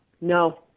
No